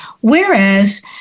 Whereas